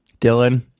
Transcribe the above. Dylan